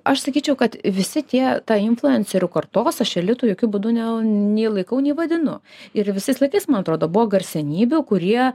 aš sakyčiau kad visi tie ta influencerių kartos aš jokiu būdu ne nei laikau nei vadinu ir visais laikais man atrodo buvo garsenybių kurie